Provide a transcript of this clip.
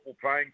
playing